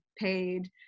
paid